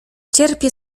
cierpię